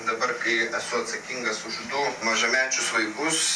dabar kai esu atsakingas už du mažamečius vaikus